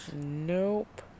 Nope